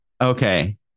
Okay